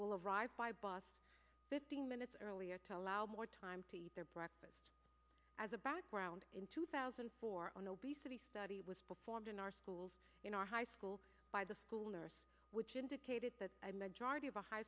will arrive by bus fifteen minutes earlier tell out more time to eat their breakfast as a background in two thousand and four on obesity study was performed in our schools in our high school by the school nurse which indicated that image already of a high